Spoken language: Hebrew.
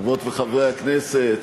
חברות וחברי הכנסת,